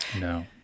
No